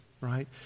right